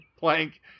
blank